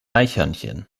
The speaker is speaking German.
eichhörnchen